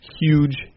Huge